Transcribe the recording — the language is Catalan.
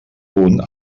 punt